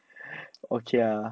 okay lah